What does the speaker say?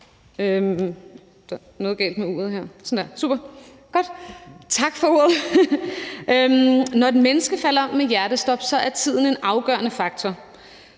Når et menneske falder om med hjertestop, er tiden en afgørende faktor,